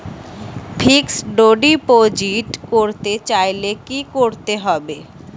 Fixed deposit করতে চাইলে কি করতে হবে?